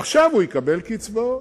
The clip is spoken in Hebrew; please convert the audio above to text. עכשיו הוא יקבל קצבאות.